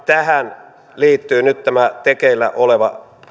tähän liittyy nyt tämä tekeillä oleva